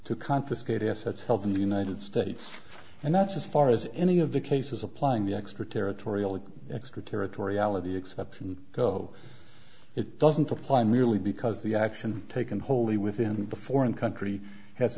to confiscate assets held in the united states and that's as far as any of the cases applying the extraterritorial extraterritoriality exception go it doesn't apply merely because the action taken wholly within the foreign country has